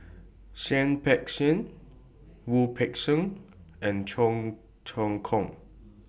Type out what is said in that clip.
Seah Peck Seah Wu Peng Seng and Cheong Choong Kong